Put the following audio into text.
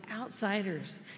outsiders